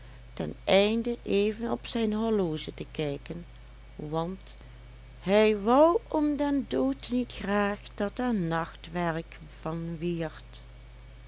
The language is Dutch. ten einde even op zijn horloge te kijken want hij wou om den dood niet graag dat er nachtwerk van wierd